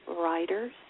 writers